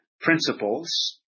principles